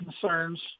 concerns